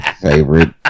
favorite